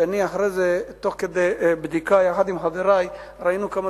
ותוך כדי בדיקה יחד עם חברי ראינו כמה